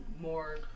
more